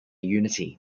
unity